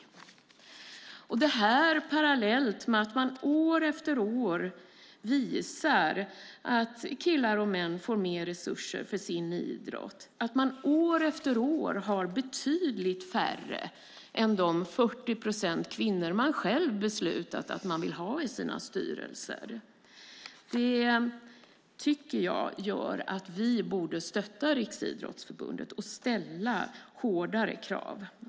Detta uppger man parallellt med att man år efter år visar att killar och män får mer resurser för sin idrott och att man år efter år har betydligt färre kvinnor än de 40 procent som man själv har beslutat att man vill ha i sina styrelser. Jag tycker att detta gör att vi borde stötta Riksidrottsförbundet och ställa hårdare krav.